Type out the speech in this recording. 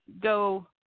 go